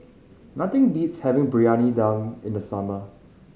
nothing beats having Briyani Dum in the summer